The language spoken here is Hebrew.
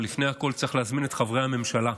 אבל לפני הכול צריך להזמין את חברי הממשלה,